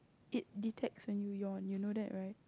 it detects when you yawn you know that right